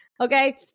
okay